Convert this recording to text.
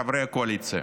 חברי הקואליציה.